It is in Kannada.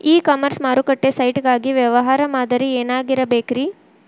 ಇ ಕಾಮರ್ಸ್ ಮಾರುಕಟ್ಟೆ ಸೈಟ್ ಗಾಗಿ ವ್ಯವಹಾರ ಮಾದರಿ ಏನಾಗಿರಬೇಕ್ರಿ?